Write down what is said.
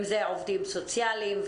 אם אלו עובדים סוציאליים,